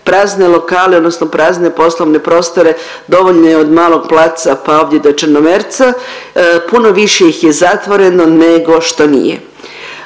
prazne lokale odnosno prazne poslovne prostore dovoljno je od malog placa pa ovdje do Črnomerca puno više ih je zatvoreno nego što nije.